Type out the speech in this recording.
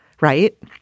right